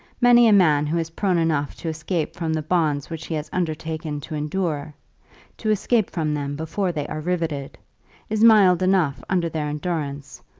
many a man who is prone enough to escape from the bonds which he has undertaken to endure to escape from them before they are riveted is mild enough under their endurance,